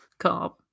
carb